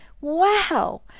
wow